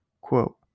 Quote